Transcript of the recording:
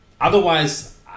otherwise